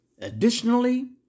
Additionally